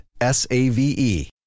S-A-V-E